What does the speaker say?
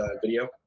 video